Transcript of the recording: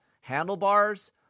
Handlebars